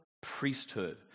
priesthood